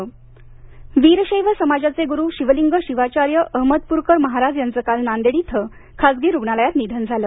निधन वीर शैव समाजाचे गुरू शिवलिंग शिवाचार्य अहमदपूरकर महाराज यांच काल नांदेड इथ खाजगी रूग्णालयात निधन झालं